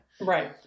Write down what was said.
right